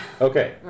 Okay